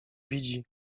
widzi